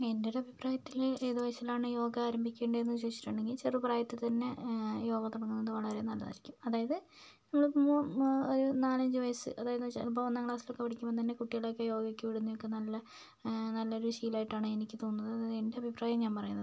എൻ്റെ ഒരു അഭിപ്രായത്തിൽ എന്ന് വെച്ചിട്ടുണ്ടെങ്കിൽ യോഗ ആരംഭിക്കണ്ടേ എന്ന് ചോദിച്ചിട്ടുണ്ടെങ്കിൽ ചെറു പ്രായത്തിൽ തന്നെ യോഗ തുടങ്ങുന്നത് വളരെ നല്ലതായിരിക്കും അതായത് നമ്മൾ ഒരു നാലഞ്ച് വയസ്സ് അതായത് ചിലപ്പോൾ ഒന്നാംക്ലാസ്സിൽ പഠിക്കുമ്പോൾ തന്നെ കുട്ടികളെ ഒക്കെ യോഗയ്ക്ക് വിടുന്നത് നല്ലൊരു നല്ലൊരു ശീലമായിട്ടാണ് എനിക്ക് തോന്നുന്നത് എൻ്റെ അഭിപ്രായം ഞാൻ പറയുന്നത്